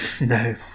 No